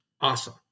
Awesome